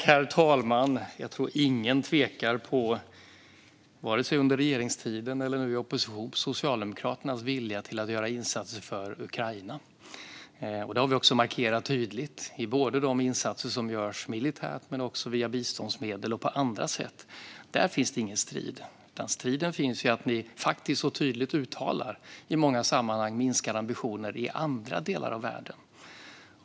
Herr talman! Jag tror ingen vare sig under vår regeringstid eller nu i opposition har tvivlat på Socialdemokraternas vilja att göra insatser för Ukraina. Det har vi markerat tydligt i de insatser som görs militärt, via biståndsmedel och på andra sätt. Där finns ingen strid. Striden finns i att ni i många sammanhang tydligt uttalar minskade ambitioner i andra delar av världen.